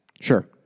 Sure